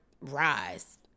rise